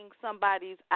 somebody's